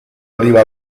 arriva